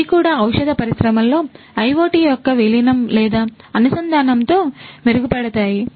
ఇవి కూడా ఔషధ పరిశ్రమలో IoT యొక్క విలీనం లేదా అనుసంధానంతో మెరుగుపడతాయి